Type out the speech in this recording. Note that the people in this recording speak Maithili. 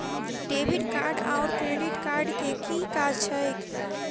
डेबिट कार्ड आओर क्रेडिट कार्ड केँ की काज छैक?